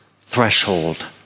threshold